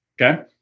Okay